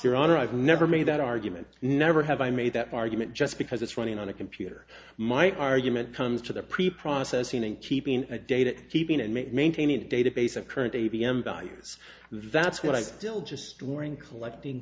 your honor i've never made that argument never have i made that argument just because it's running on a computer my argument comes to the preprocessing and keeping a data keeping and maintaining a database of current a b m values that's what i still just warring collecting